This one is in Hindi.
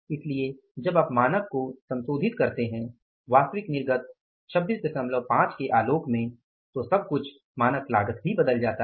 इसलिए जब आप मानक को संशोधित करते हैं वास्तविक निर्गत 265 के आलोक में तो सब कुछ मानक लागत भी बदल जाता है